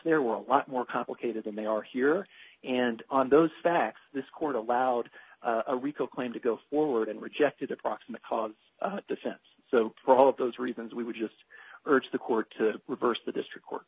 there were a lot more complicated than they are here and on those facts this court allowed a rico claim to go forward and rejected a proximate cause defense so for all of those reasons we would just urge the court to reverse the district court